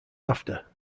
after